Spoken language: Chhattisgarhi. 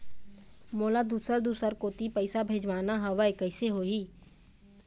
मोला दुसर दूसर कोती पैसा भेजवाना हवे, कइसे होही?